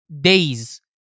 days